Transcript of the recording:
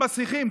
מתחבאים בשיחים.